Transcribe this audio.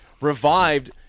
revived